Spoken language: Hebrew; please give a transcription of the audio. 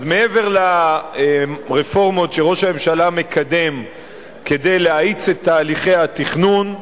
אז מעבר לרפורמות שראש הממשלה מקדם כדי להאיץ את תהליכי התכנון,